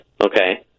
okay